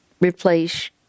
replace